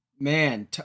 Man